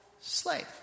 slave